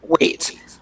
wait